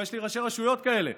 ויש לי ראשי רשויות כאלה,